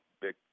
big